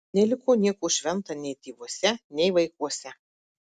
neliko nieko švento nei tėvuose nei vaikuose